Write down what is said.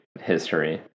history